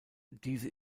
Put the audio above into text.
diese